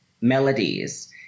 melodies